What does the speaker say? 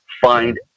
find